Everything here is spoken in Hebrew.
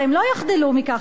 הרי הם לא יחדלו מכך,